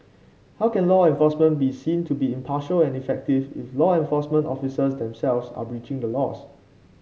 how can law enforcement be seen to be impartial and effective if law enforcement officers themselves are breaching the laws